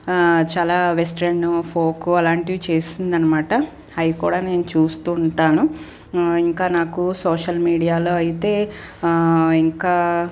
చాలా western folk అలాంటివి చేస్తుందనమాట అవి కూడా నేను చూస్తూ ఉంటాను ఇంకా నాకు సోషల్ మీడియాలో అయితే ఇంకా